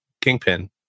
Kingpin